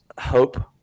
hope